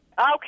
Okay